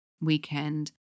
weekend